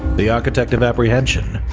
the architect of apprehension.